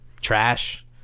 trash